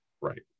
right